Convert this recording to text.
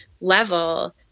level